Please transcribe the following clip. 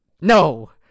No